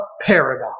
paradox